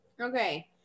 Okay